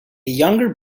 younger